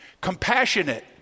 compassionate